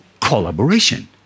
collaboration